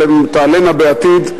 אבל הן תעלינה בעתיד,